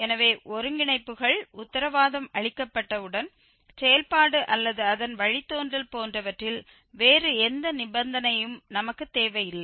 எனவே ஒருங்கிணைப்புகள் உத்தரவாதம் அளிக்கப்பட்டவுடன் செயல்பாடு அல்லது அதன் வழித்தோன்றல் போன்றவற்றில் வேறு எந்த நிபந்தனையும் நமக்குத் தேவையில்லை